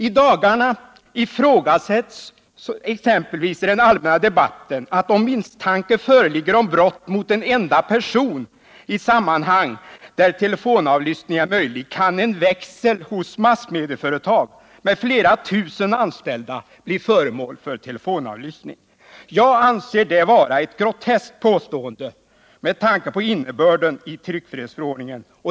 I den allmänna debatten har det på sistone exempelvis ifrågasatts om det kan förhålla sig så att, om misstanke föreligger om brott mot en enda person i sammanhang där telefonavlyssning är möjlig, en växel hos ett massmedieföretag med flera tusen anställda kan bli föremål för telefonavlyssning. Jag anser det vara ett groteskt påstående med tanke på innebörden av tryckfrihetsförordningen.